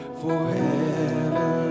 forever